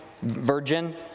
Virgin